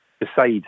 decide